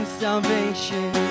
salvation